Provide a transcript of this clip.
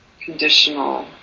Conditional